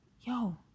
yo